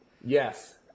yes